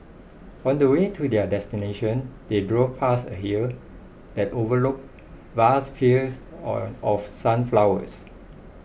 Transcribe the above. on the way to their destination they drove past a hill that overlooked vast fields or of sunflowers